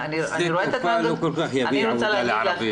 שדה תעופה לא כל כך יביא עבודה לערבים.